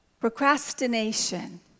Procrastination